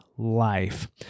Life